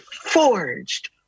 forged